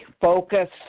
focus